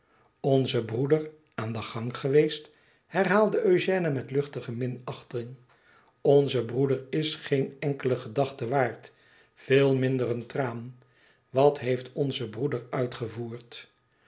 onze broeder aan den gang geweest herhaalde ëugène met luchtige minachting onze broeder is geen enkele gedachte waard veel minder een traan wat heeft onze broeder uitgevoerd